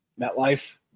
MetLife